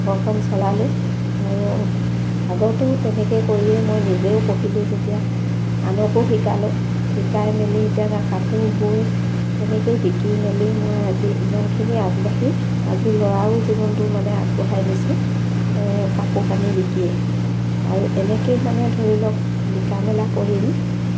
ঘৰখন চলালোঁ আৰু আগতো তেনেকেই কৰিয়েই মই নিজেও পঢ়িলোঁ যেতিয়া আনকো শিকালোঁ শিকাই মেলি এতিয়া কাপোৰ বৈ তেনেকেই বিকি মেলি মই আজি ইমানখিনি আগবাঢ়ি আজি ল'ৰাৰো জীৱনটো মানে আগবঢ়াই নিছোঁ কাপোৰ কানি বিকিয়ে আৰু এনেকেই মানে ধৰি লওক বিকা মেলা কৰিম